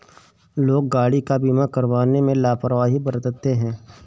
लोग गाड़ी का बीमा करवाने में लापरवाही बरतते हैं